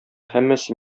һәммәсе